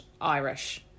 Irish